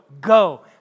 go